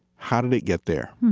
how did it get there?